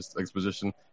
exposition